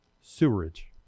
sewage